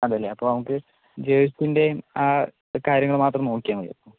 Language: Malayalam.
അതേ അല്ലേ അപ്പോൾ നമുക്ക് ജേഴ്സിൻ്റെയും ആ കാര്യങ്ങൾ മാത്രം നോക്കിയാൽ മതി അപ്പോൾ